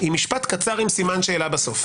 היא משפט קצר עם סימן שאלה בסוף.